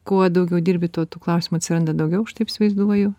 kuo daugiau dirbi tuo tų klausimų atsiranda daugiau aš taip įsivaizduoju